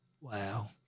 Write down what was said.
wow